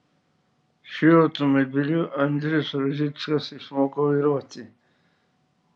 šiuo automobiliu andrius rožickas išmoko vairuoti